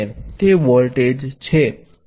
તે વોલ્ટેજ છે